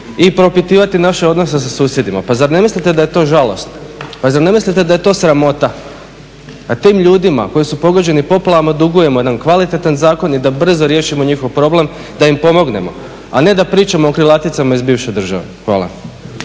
i propitivati naše odnose sa susjedima. Pa zar ne mislite da je to žalosno, pa zar ne mislite da je to sramota? Da tim ljudima koji su pogođeni poplavama dugujemo jedan kvalitetan zakon i da brzo riješimo njihov problem i da im pomognemo, a ne da pričamo o krilaticama iz bivše države. Hvala.